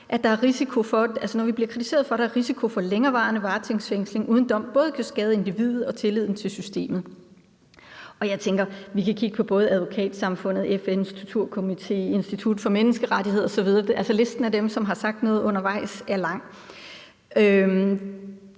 at der er risiko for, at længerevarende varetægtsfængsling uden dom både kan skade individet og tilliden til systemet. Jeg tænker, at vi både kan kigge på Advokatsamfundet, FN's Torturkomité, Institut for Menneskerettigheder osv., altså listen med dem, som har sagt noget undervejs, er lang.